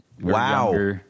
Wow